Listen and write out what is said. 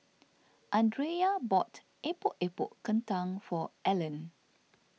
andrea bought Epok Epok Kentang for Allen